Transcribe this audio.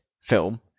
film